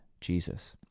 Jesus